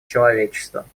человечества